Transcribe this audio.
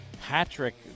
hat-trick